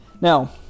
Now